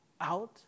out